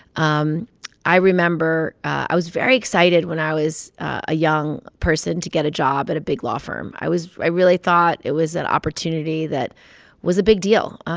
um i remember i was very excited when i was a young person to get a job at a big law firm. i was i really thought it was an opportunity that was a big deal.